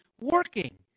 working